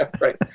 right